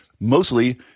mostly